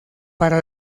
para